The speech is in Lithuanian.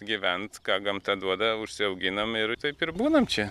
gyvent ką gamta duoda užsiauginam ir taip ir būnam čia